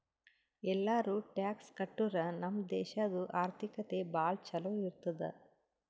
ಎಲ್ಲಾರೂ ಟ್ಯಾಕ್ಸ್ ಕಟ್ಟುರ್ ನಮ್ ದೇಶಾದು ಆರ್ಥಿಕತೆ ಭಾಳ ಛಲೋ ಇರ್ತುದ್